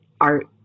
art